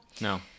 No